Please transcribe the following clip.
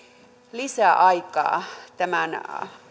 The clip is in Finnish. lisäaikaa tämän